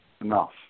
enough